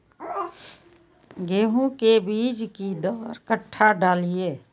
गेंहू के बीज कि दर कट्ठा डालिए?